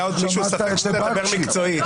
היה עוד למישהו ספק שתדבר מקצועית.